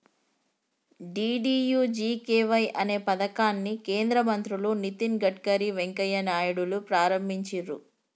DDUGKY అనే పథకాన్ని కేంద్ర మంత్రులు నితిన్ గడ్కరీ, వెంకయ్య నాయుడులు ప్రారంభించిర్రు